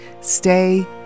stay